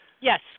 Yes